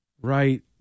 right